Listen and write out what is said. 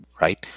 Right